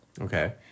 Okay